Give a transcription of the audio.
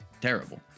terrible